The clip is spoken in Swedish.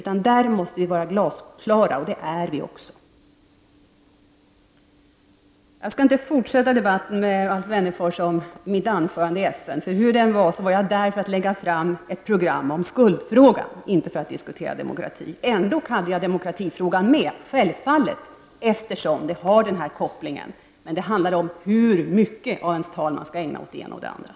Dävidlag måste vi vara glasklara, och det är vi också. Jag skall inte fortsätta debatten med Alf Wennerfors om mitt anförande i FN. Hur det än var, var jag där för att lägga fram ett program om skuldfrågan, inte för att diskutera demokrati. Ändå tog jag med demokratifrågan — självfallet, eftersom denna koppling fanns. Men det handlade om hur mycket av ett anförande som skall ägnas åt det ena eller det andra.